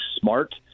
smart